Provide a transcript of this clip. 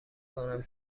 کنم